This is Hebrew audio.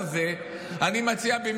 אני מבטיח לך,